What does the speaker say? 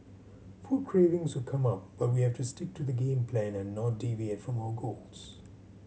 food cravings would come up but we have to stick to the game plan and not deviate from our goals